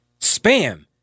spam